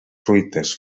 fruites